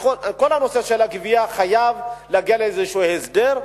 כל הנושא של הגבייה חייב להגיע לאיזשהו הסדר.